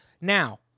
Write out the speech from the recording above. now